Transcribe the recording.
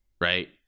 right